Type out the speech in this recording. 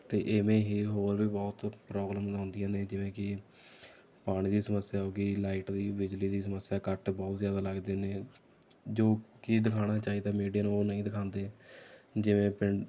ਅਤੇ ਇਵੇਂ ਹੀ ਹੋਰ ਵੀ ਬਹੁਤ ਪ੍ਰੋਬਲਮਸ ਆਉਂਦੀਆਂ ਨੇ ਜਿਵੇਂ ਕਿ ਪਾਣੀ ਦੀ ਸਮੱਸਿਆ ਹੋ ਗਈ ਲਾਈਟ ਦੀ ਬਿਜਲੀ ਦੀ ਸਮੱਸਿਆ ਕੱਟ ਬਹੁਤ ਜ਼ਿਆਦਾ ਲੱਗਦੇ ਨੇ ਜੋ ਕਿ ਦਿਖਾਉਣਾ ਚਾਹੀਦਾ ਮੀਡੀਆ ਨੂੰ ਉਹ ਨਹੀਂਂ ਦਿਖਾਉਂਦੇ ਜਿਵੇਂ ਪਿੰਡ